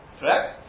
correct